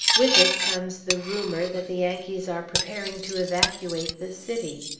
with it comes the rumor that the yankees are preparing to evacuate the city.